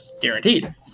guaranteed